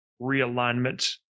realignment